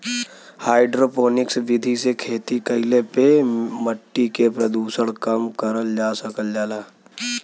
hydroponics विधि से खेती कईले पे मट्टी के प्रदूषण कम करल जा सकल जाला